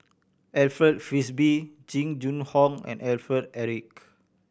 Alfred Frisby Jing Jun Hong and Alfred Eric